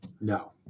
No